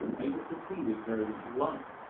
able to see with very little light.